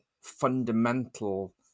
fundamental